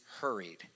hurried